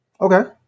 Okay